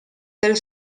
del